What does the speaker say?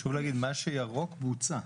חשוב להגיד, מה שירוק בוצע.